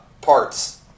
parts